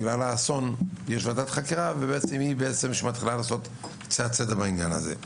בגלל האסון יש ועדת חקירה והיא מתחילה לעשות קצת סדר בעניין הזה.